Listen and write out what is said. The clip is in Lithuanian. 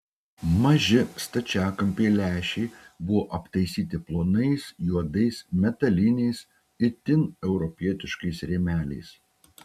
maži stačiakampiai lęšiai buvo aptaisyti plonais juodais metaliniais itin europietiškais rėmeliais